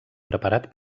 preparat